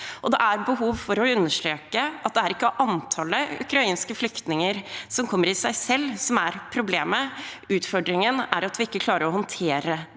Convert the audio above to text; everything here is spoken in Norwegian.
Det er behov for å understreke at det er ikke antallet ukrainske flyktninger som kommer i seg selv, som er problemet. Utfordringen er at vi ikke klarer å håndtere det.